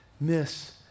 miss